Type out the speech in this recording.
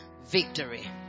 Victory